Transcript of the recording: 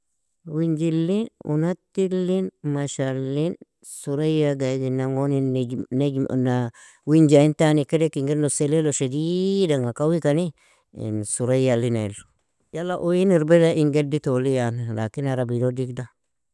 Winjilin, unatilin, mashalin, surayaga iginnangon nijm wijnaintan kadek ingir noselalo shadidanga kawikani, suraya lina ilo, yala uoin irbirea in gedditooli yan, lakin arabilog digda.